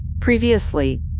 Previously